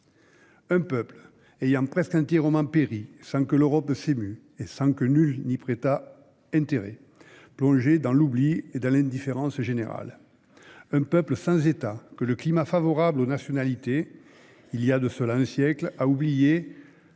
un peuple ayant presque entièrement péri, sans que l'Europe s'émût et sans que nul y prêtât intérêt, plongé dans l'oubli et dans l'indifférence générale ; un peuple sans État, que le climat favorable aux nationalités, il y a de cela un siècle, a oublié,